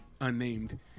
unnamed